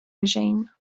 regime